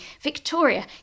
Victoria